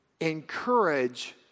encourage